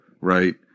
right